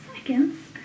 seconds